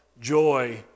joy